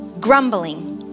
grumbling